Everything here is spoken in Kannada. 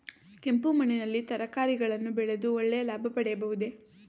ಕೆಂಪು ಮಣ್ಣಿನಲ್ಲಿ ತರಕಾರಿಗಳನ್ನು ಬೆಳೆದು ಒಳ್ಳೆಯ ಲಾಭ ಪಡೆಯಬಹುದೇ?